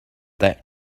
that